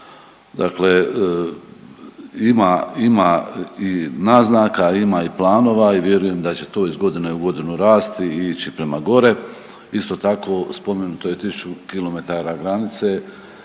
dakle ima, ima i naznaka, ima i planova i vjerujem da će to iz godine u godinu rasti i ići prema gore. Isto tako, spomenuto je 1000 km granice